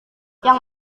yang